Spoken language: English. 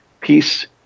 peace